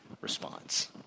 response